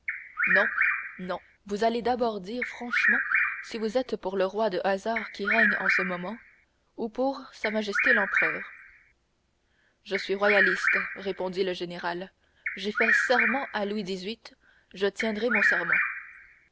non non vous allez d'abord dire franchement si vous êtes pour le roi de hasard qui règne en ce moment ou pour s m l'empereur je suis royaliste répondit le général j'ai fait serment à louis xviii je tiendrai mon serment